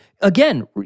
again